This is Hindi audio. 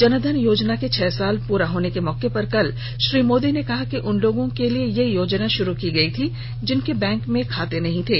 जनधन योजना के छह साल प्रा होने के मौके पर कल श्री मोदी ने कहा कि उन लोगों के लिए यह योजना शुरू की गई थी जिनके बैंक में खाते नहीं थे